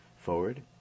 forward